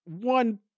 one